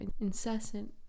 incessant